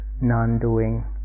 non-doing